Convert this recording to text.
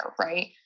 Right